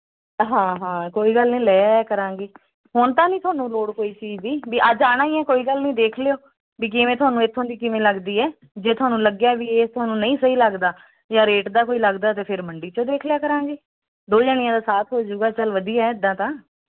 ਹਾਂ ਹਾਂ ਕੋਈ ਗੱਲ ਨਹੀਂ ਲੈ ਆਇਆ ਕਰਾਂਗੇ ਹੁਣ ਤਾਂ ਨਹੀਂ ਤੁਹਾਨੂੰ ਲੋੜ ਕੋਈ ਚੀਜ਼ ਦੀ ਵੀ ਅੱਜ ਆਉਣਾ ਹੀ ਹੈ ਕੋਈ ਗੱਲ ਨਹੀਂ ਦੇਖ ਲਿਓ ਵੀ ਜਿਵੇਂ ਤੁਹਾਨੂੰ ਇੱਥੋਂ ਦੀ ਕਿਵੇਂ ਲੱਗਦੀ ਹੈ ਜੇ ਤੁਹਾਨੂੰ ਲੱਗਿਆ ਵੀ ਇਹ ਤੁਹਾਨੂੰ ਨਹੀਂ ਸਹੀ ਲੱਗਦਾ ਜਾਂ ਰੇਟ ਦਾ ਕੋਈ ਲੱਗਦਾ ਤਾਂ ਫਿਰ ਮੰਡੀ 'ਚ ਦੇਖ ਲਿਆ ਕਰਾਂਗੇ ਦੋ ਜਣੀਆਂ ਦਾ ਸਾਥ ਹੋ ਜੂਗਾ ਚੱਲ ਵਧੀਆ ਇੱਦਾਂ ਤਾਂ